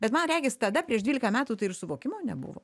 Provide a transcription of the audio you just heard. bet man regis tada prieš dvylika metų tai ir suvokimo nebuvo